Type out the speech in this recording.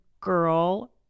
girl